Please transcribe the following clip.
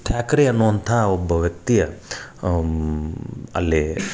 ಥ್ಯಾಕ್ರೆ ಅನ್ನುವಂತಹ ಒಬ್ಬ ವ್ಯಕ್ತಿಯ ಅಲ್ಲಿ